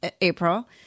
April